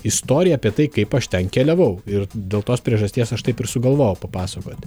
istoriją apie tai kaip aš ten keliavau ir dėl tos priežasties aš taip ir sugalvojau papasakot